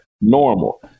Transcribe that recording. normal